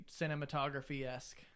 cinematography-esque